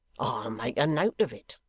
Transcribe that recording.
make a note of it